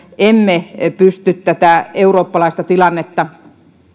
emme pysty tätä eurooppalaista tilannetta